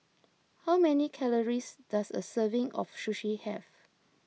how many calories does a serving of Sushi have